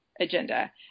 agenda